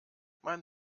mein